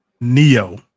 Neo